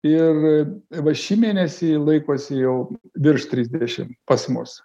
ir va šį mėnesį laikosi jau virš trisdešim pas mus